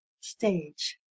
stage